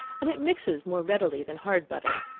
and it mixes more readily than hard butter.